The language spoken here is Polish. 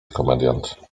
komediant